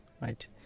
right